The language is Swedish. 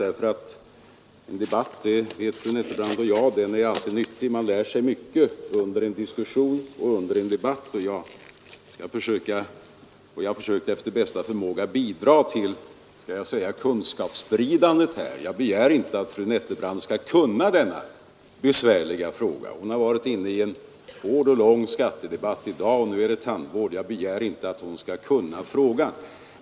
Både fru Nettelbrandt och jag vet att en debatt alltid är värdefull inte minst därför att man lär sig så mycket under en diskussion, och jag har efter bästa förmåga försökt bidra till kunskapsspridandet i detta fall. Jag begär inte att fru Nettelbrandt skall kunna denna besvärliga fråga. Hon har tidigare i dag deltagit i en lång och hård skattedebatt, och nu diskuterar vi tandvård, men jag begär som sagt inte att hon skall kunna denna fråga.